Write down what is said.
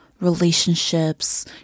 relationships